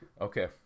Okay